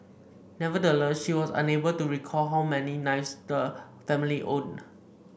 nevertheless she was unable to recall how many knives the family owned